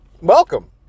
Welcome